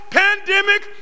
pandemic